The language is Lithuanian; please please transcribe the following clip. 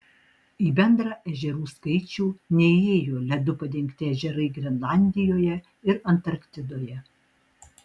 į bendrą ežerų skaičių neįėjo ledu padengti ežerai grenlandijoje ir antarktidoje